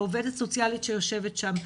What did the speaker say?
העובדת הסוציאלית שיושבת שם,